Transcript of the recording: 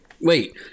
Wait